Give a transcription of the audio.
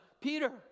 Peter